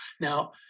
Now